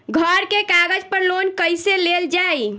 घर के कागज पर लोन कईसे लेल जाई?